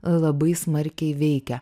labai smarkiai veikia